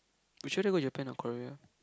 would you rather go Japan or Korea